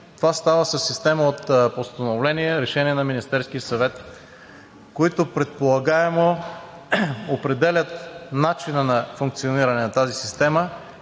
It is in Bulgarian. това става със система от постановления и решения на Министерския съвет, които предполагаемо определят начина на функциониране на системата